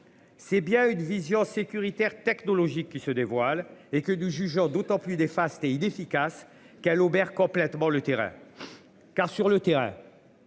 C'est bien une vision sécuritaire technologique qui se dévoile et que deux jugeant d'autant plus des fast-et inefficace. Aubert complètement le terrain. Car sur le terrain.